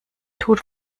tut